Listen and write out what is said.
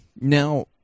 Now